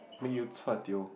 make you chua tio